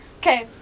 Okay